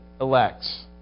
elects